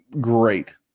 great